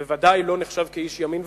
ודאי לא נחשב איש ימין,